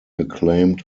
acclaimed